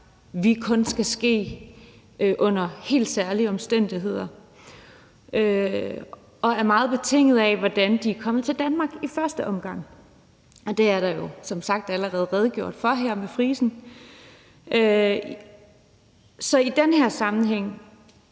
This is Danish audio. vi kun skal ske under helt særlige omstændigheder, og det er meget betinget af, hvordan de er kommet til Danmark i første omgang. Det er der jo som sagt allerede redegjort for med frisen. Så i den her sammenhæng